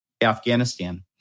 Afghanistan